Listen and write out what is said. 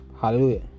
Hallelujah